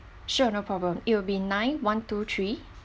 sure no problem it will be nine one two three